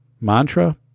mantra